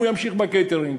הוא ימשיך בקייטרינג.